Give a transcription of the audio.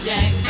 Jack